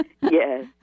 yes